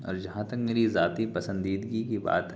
اور جہاں تک میری ذاتی پسندیدگی کی بات ہے